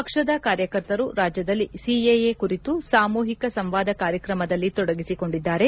ಪಕ್ಷದ ಕಾರ್ಯಕರ್ತರು ರಾಜ್ಯದಲ್ಲಿ ಸಿಎಎ ಕುರಿತು ಸಾಮೂಹಿಕ ಸಂವಾದ ಕಾರ್ಯಕ್ರಮಗಳಲ್ಲಿ ತೊಡಗಿಸಿಕೊಂಡಿದ್ದಾರೆ